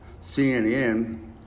CNN